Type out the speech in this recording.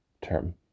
term